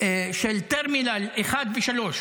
של טרמינל 1 ו-3.